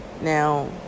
Now